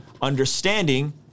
understanding